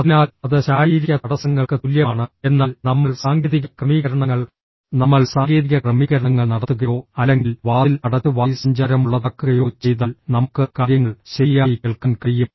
അതിനാൽ അത് ശാരീരിക തടസ്സങ്ങൾക്ക് തുല്യമാണ് എന്നാൽ നമ്മൾ സാങ്കേതിക ക്രമീകരണങ്ങൾ നമ്മൾ സാങ്കേതിക ക്രമീകരണങ്ങൾ നടത്തുകയോ അല്ലെങ്കിൽ വാതിൽ അടച്ച് വായുസഞ്ചാരമുള്ളതാക്കുകയോ ചെയ്താൽ നമുക്ക് കാര്യങ്ങൾ ശരിയായി കേൾക്കാൻ കഴിയും